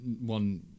one